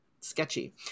Sketchy